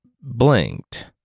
blinked